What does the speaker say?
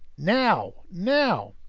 now! now!